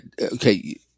okay